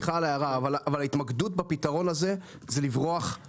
סליחה על ההערה אבל ההתמקדות בפתרון הזה זה לברוח מהפתרון האמיתי.